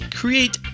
create